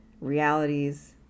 realities